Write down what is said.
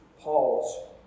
Paul's